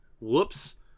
Whoops